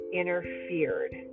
interfered